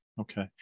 Okay